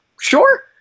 sure